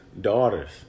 daughters